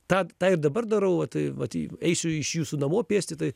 tą tą ir dabar darau va tai vat eisiu iš jūsų namo pėsti tai